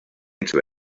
into